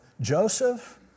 Joseph